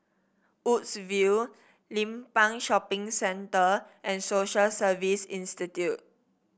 Woodsville Limbang Shopping Centre and Social Service Institute